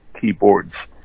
keyboards